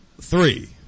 three